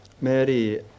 Mary